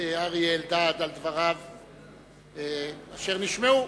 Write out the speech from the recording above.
אריה אלדד על דבריו אשר נשמעו.